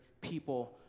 people